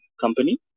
company